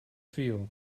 feel